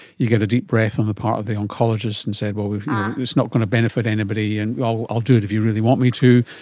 you get a deep breath on the part of the oncologist and say, well, it's not going to benefit anybody, and i'll i'll do it if you really want me to.